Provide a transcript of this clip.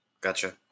Gotcha